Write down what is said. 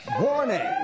Warning